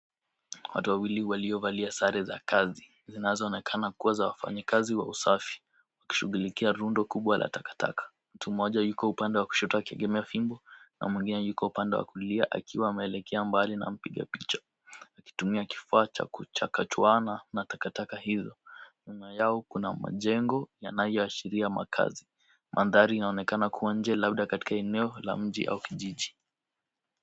Watu wawili waliovalia sare za kazi, zinazoonekana kuwa za wafanyikazi wa usafi, wakishughulikia rundo kubwa la takataka. Mtu mmoja yuko upande wa kushoto akiegemea fimbo, na mwingine yuko upande wa kulia akiwa ameelekea mbali na mpiga picha. Akitumia kifua cha kuchakachuana na takataka hizo. Nyuma yao kuna majengo yanayoashiria makazi. Mandhari inaonekana kuwa nje labda katika eneo la mji au kijiji.